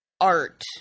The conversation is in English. art